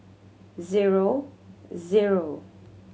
zero zero